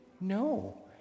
No